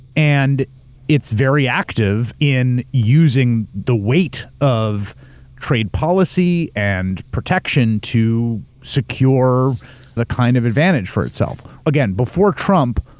and it's very active in using the weight of trade policy and protection to secure the kind of advantage for itself. again, before trump,